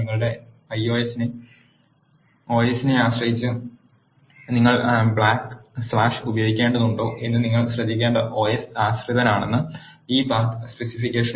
നിങ്ങളുടെ ഒഎസിനെ ആശ്രയിച്ച് നിങ്ങൾ ബാക്ക്സ്ലാഷ് ഉപയോഗിക്കേണ്ടതുണ്ടോ എന്ന് നിങ്ങൾ ശ്രദ്ധിക്കേണ്ട ഓസ് ആശ്രിതനാണ് ഈ പാത്ത് സ് പെസിഫിക്കേഷൻ